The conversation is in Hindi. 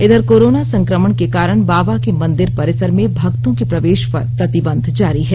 इधर कोरोना संक्रमण के कारण बाबा के मंदिर परिसर में भक्तों के प्रवेश पर प्रतिबंध जारी है